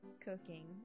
cooking